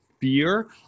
fear